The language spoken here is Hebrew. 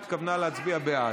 היא התכוונה להצביע בעד.